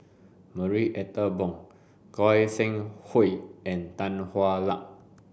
Marie Ethel Bong Goi Seng Hui and Tan Hwa Luck